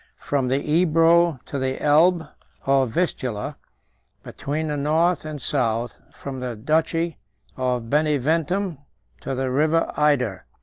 from the ebro to the elbe or vistula between the north and south, from the duchy of beneventum to the river eyder,